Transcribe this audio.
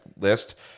list